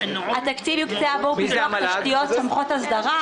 התקציב נועד לפיתוח תשתיות תומכות הסדרה